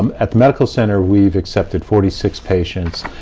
um at the medical center, we've accepted forty six patients.